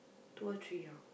two or three ah